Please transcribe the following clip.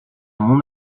mon